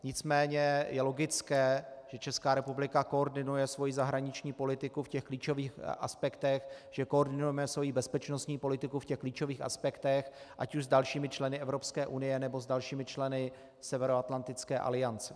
Nicméně je logické, že Česká republika koordinuje svoji zahraniční politiku v klíčových aspektech, že koordinujeme svoji bezpečnostní politiku v klíčových aspektech ať už s dalšími členy EU, nebo s dalšími členy Severoatlantické aliance.